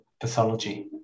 pathology